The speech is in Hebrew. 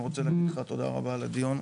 אני רוצה להגיד לך תודה רבה על הדיון,